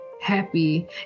happy